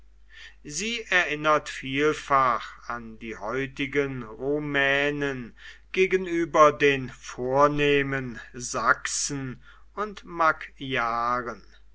sie erinnert vielfach an die heutigen rumänen gegenüber den vornehmen sachsen und